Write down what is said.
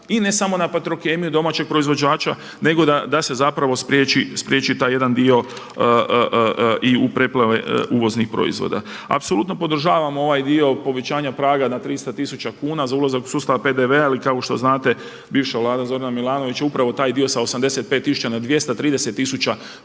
i ne samo na Petrokemiju domaćeg proizvođača nego da se zapravo spriječi taj jedan dio i u preplave uvoznih proizvoda. Apsolutno podržavamo ovaj dio povećanja praga na 300 tisuća kuna za ulazak u sustavu PDV-a ili kao što znate bivša Vlada Zorana Milanovića upravo taj dio sa 85 tisuća na 230 tisuća